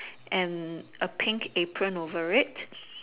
and a pink apron over it